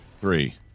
three